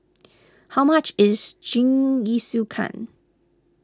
how much is Jingisukan